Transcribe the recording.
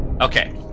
Okay